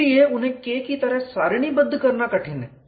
इसलिए उन्हें K की तरह सारिणीबद्ध करना कठिन है